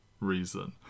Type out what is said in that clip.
reason